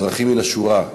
אזרחים מן השורה,